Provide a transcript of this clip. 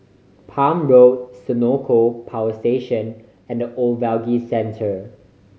Palm Road Senoko Power Station and The Ogilvy Centre